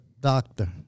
doctor